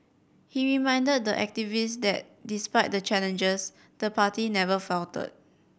he reminded the activists that despite the challenges the party never faltered